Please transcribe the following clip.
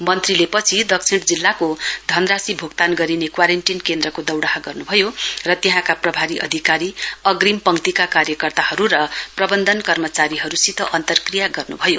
मन्त्रीले पछि दक्षिण जिल्लाको घनराशि भूक्तान गरिने क्वारेन्टीन केन्द्रको दौड़ाह गर्न्भयो र त्यहाँका प्रभारी अधिकारी अंग्रिम पक्तिका कार्यकर्ताहरू र प्रवन्धन कर्मचारीहरूसित अन्तक्रिया गर्न्भयो